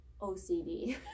ocd